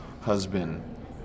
husband